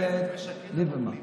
לא פחות מהם.